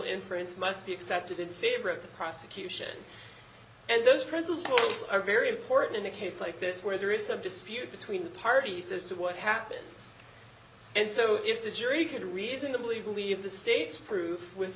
inference must be accepted in favor of the prosecution and those present are very important in a case like this where there is some dispute between the parties as to what happens and so if the jury can reasonably believe the state's proof with